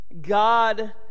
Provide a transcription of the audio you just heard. God